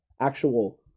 actual